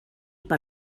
per